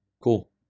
Cool